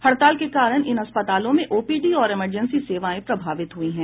हड़ताल के कारण इन अस्पतालों में ओपीडी और इमरजेंसी सेवाएं प्रभावित हुई हैं